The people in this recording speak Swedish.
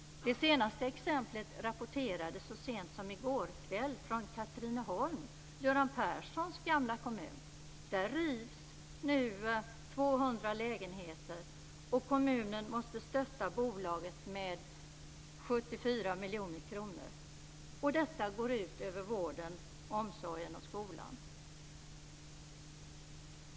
Det senaste exemplet rapporterades så sent som i går kväll från Katrineholm, Göran Perssons gamla kommun. Där rivs nu 200 lägenheter, och kommunen måste stötta bolaget med 74 miljoner kronor. Detta går ut över vården, omsorgen och skolan.